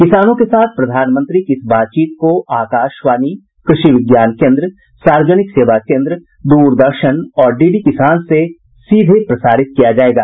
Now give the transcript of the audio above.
किसानों के साथ प्रधानमंत्री की इस बातचीत को आकाशवाणी क्रषि विज्ञान केन्द्र सार्वजनिक सेवा केन्द्र दूरदर्शन और डी डी किसान से सीधे प्रसारित किया जाएगा